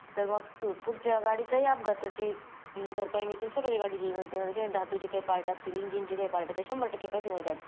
तर मग तर पुढच्या गाडीचंही अपघाताची भरपाई मिळतील स्वतःच्या गाडीचेही मिळते मग त्याचे धातूचे काही पाार्ट असतील इंजिनचे काही पार्ट आहे ते शंभर टक्के पैसे मिळतात